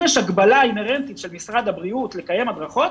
אם יש הגבלה אינהרנטית של משרד הבריאות לקיים הדרכות